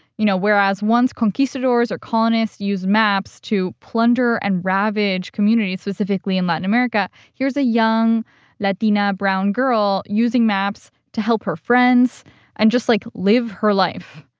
you know, whereas once conquistadors or colonists used maps to plunder and ravage communities, specifically in latin america, here's a young latina brown girl using maps to help her friends and just, like, live her life.